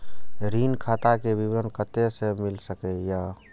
ऋण खाता के विवरण कते से मिल सकै ये?